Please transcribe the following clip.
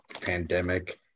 pandemic